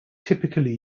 typically